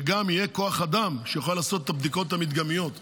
וגם יהיה כוח אדם שיוכל לעשות את הבדיקות המדגמיות בישראל,